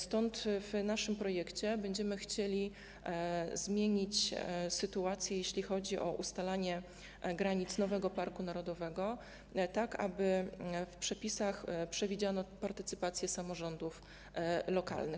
Stąd w naszym projekcie będziemy chcieli zmienić sytuację dotyczącą ustalania granic nowego parku narodowego, tak aby w przepisach przewidziano partycypację samorządów lokalnych.